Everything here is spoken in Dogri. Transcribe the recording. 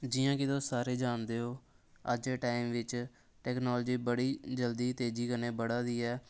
जियां केह् तुस सारे जान देओ अज्ज दे टाइम बिच्च टैक्नोलजी बड़ी जल्दी तेजी कन्नै बधा दी ऐ